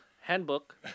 handbook